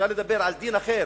אפשר לדבר על דין אחר.